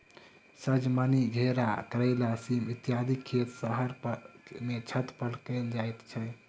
सजमनि, घेरा, करैला, सीम इत्यादिक खेत शहर मे छत पर कयल जाइत छै